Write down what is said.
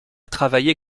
travailler